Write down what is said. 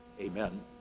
Amen